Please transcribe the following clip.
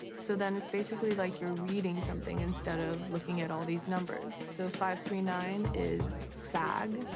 so then it's basically like you're reading something instead of looking at all these numbers so five three nine is sag.